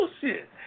bullshit